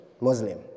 Muslim